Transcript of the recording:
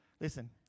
listen